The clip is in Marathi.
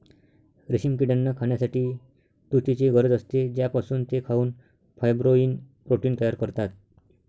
रेशीम किड्यांना खाण्यासाठी तुतीची गरज असते, ज्यापासून ते खाऊन फायब्रोइन प्रोटीन तयार करतात